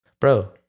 bro